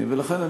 לכן,